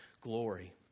glory